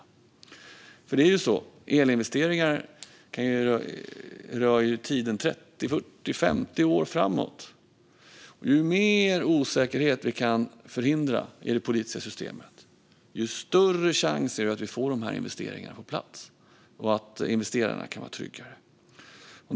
Elinvesteringar rör ju de kommande 30-50 åren, och ju mer osäkerhet vi kan förhindra i det politiska systemet, desto större chans är det att vi får dessa investeringar på plats och att investerarna kan vara trygga.